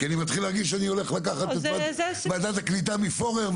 כי אני מתחיל להרגיש שאני הולך לקחת את ועדת הקליטה מפורר,